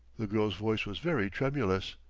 the girl's voice was very tremulous.